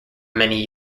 many